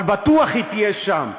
אבל בטוח היא תהיה שם.